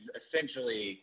essentially